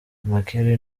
makeri